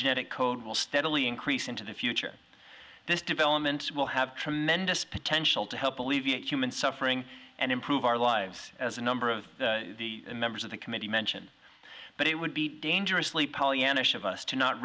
genetic code will steadily increase into the future this developments will have tremendous potential to help alleviate human suffering and improve our lives as a number of the members of the committee mention but it would be dangerously pollyannish of us to not